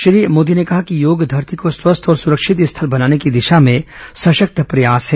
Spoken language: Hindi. श्री मोदी ने कहा कि योग धरती को स्वस्थ और सुरक्षित स्थल बनाने की दिशा में सशक्त प्रयास है